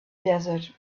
desert